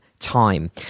time